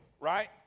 right